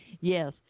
Yes